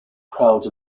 crowds